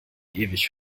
ewig